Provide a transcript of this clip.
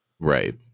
Right